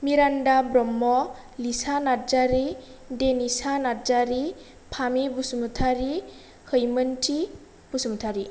Miranda Brahma Lisa Narzary Denisa Narzary Phame Basumatary Khaimonthi Basumatary